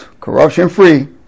corruption-free